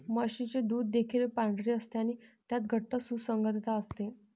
म्हशीचे दूध देखील पांढरे असते आणि त्यात घट्ट सुसंगतता असते